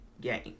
game